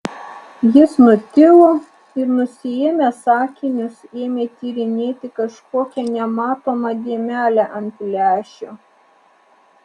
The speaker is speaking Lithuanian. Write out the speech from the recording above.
jis nutilo ir nusiėmęs akinius ėmė tyrinėti kažkokią nematomą dėmelę ant lęšio